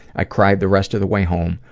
i cried the rest of the way home,